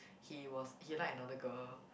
he was he like another girl